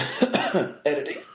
editing